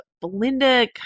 Belinda